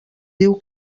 diu